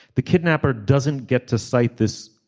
the kidnapper doesn't get to cite this.